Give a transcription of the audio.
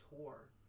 tour